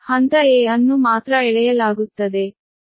ಹಂತ a ಅನ್ನು ಮಾತ್ರ ಎಳೆಯಲಾಗುತ್ತದೆ